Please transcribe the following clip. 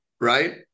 right